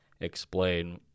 explain